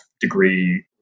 degree